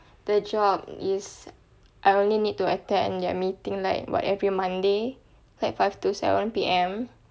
the job is I only need to attend their meeting like what every monday five to seven P_M